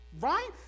Right